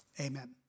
Amen